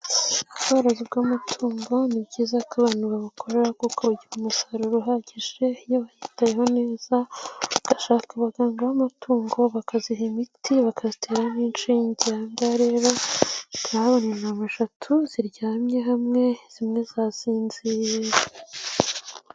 Ubworozi bw'amatungo ni byiza ko abantu babukora kuko bugira umusaruro uhagije iyoyitayeho neza, ugashaka abaganga b'amatungo bakaziha imiti bakazitera n'inshinge, aha ngaha rero turahabona intama eshatu ziryamye hamwe zimwe zasinziriye.